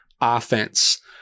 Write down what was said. offense